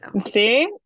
See